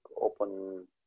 open